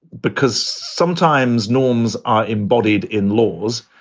because sometimes norms are embodied in laws,